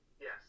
Yes